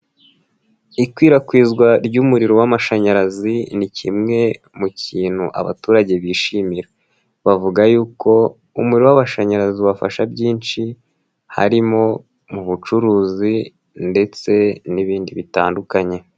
Ikwirakwizwa ry'umuriro w'amashanyarazi, ni kimwe mu kintu abaturage bishimira, bavuga yuko umuriro w'amashanyarazi ubafasha byinshi, harimo ubucuruzi ndetse n'ibindi bitandukanye.